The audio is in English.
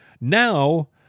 Now